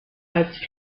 als